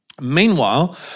Meanwhile